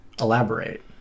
elaborate